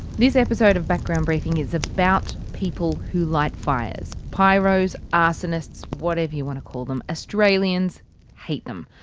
this episode of background briefing is about people who lights fires pyros, arsonists, whatever you want to call them, australians hate them,